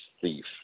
Thief